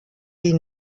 die